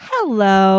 Hello